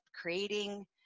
creating